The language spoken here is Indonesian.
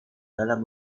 dalam